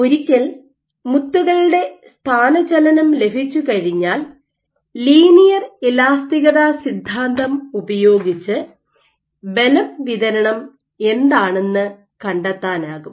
ഒരിക്കൽ മുത്തുകളുടെ സ്ഥാനചലനം ലഭിച്ചുകഴിഞ്ഞാൽ ലീനിയർ ഇലാസ്തികത സിദ്ധാന്തം ഉപയോഗിച്ച് ബലം വിതരണം എന്താണെന്ന് കണ്ടെത്താനാകും